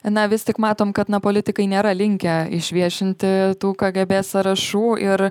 na vis tik matom kad na politikai nėra linkę išviešinti tų kgb sąrašų ir